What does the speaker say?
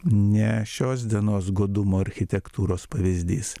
ne šios dienos godumo architektūros pavyzdys